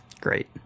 Great